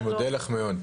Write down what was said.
אני מודה לך מאוד.